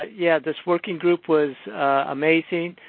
ah yeah this working group was amazing.